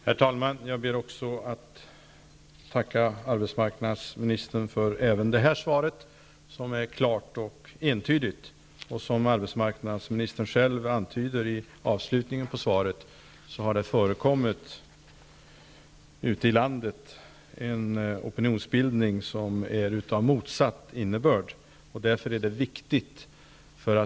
Herr talman! Jag ber att få tacka arbetsmarknadsministern även för det här svaret, som är klart och entydigt. Som arbetsmarknadsministern själv antyder i avslutningen på svaret har det ute i landet förekommit en opinionsbildning som är av motsatt innebörd.